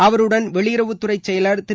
அவருடன் வெளியுறவுத்துறை செயலர் திரு